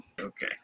okay